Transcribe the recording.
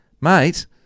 Mate